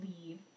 leave